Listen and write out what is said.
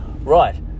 right